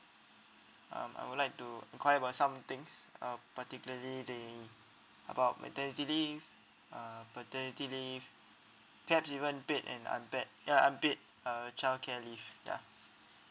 um I would like to enquire about some things uh particularly the about maternity leave uh paternity leave paid even paid and unpaid ya unpaid uh childcare leave ya